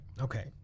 Okay